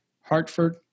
Hartford